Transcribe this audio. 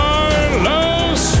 Carlos